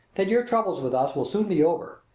that your troubles with us will soon be over.